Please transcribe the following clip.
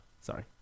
Sorry